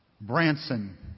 Branson